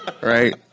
Right